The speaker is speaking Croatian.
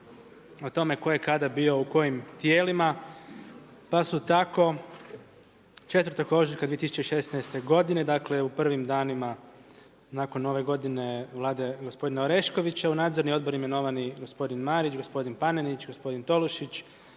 o tome tko je kada bio u kojim tijelima, pa su tako 4. ožujka 2016. godine dakle u prvim danima nakon nove godine vlade gospodina Oreškovića u nadzorni odbor imenovani gospodin Marić, gospodin Panenić, gospodin Tolušić,